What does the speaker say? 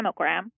mammogram